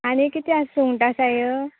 आनी कित आस सुंगटा आसाय